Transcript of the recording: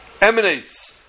emanates